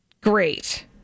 great